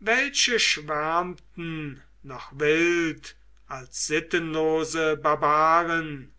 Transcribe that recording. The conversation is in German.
welche schwärmten noch wild als sittenlose barbaren